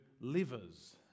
livers